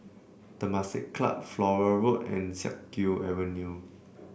Temasek Club Flora Road and Siak Kew Avenue